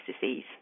disease